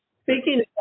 speaking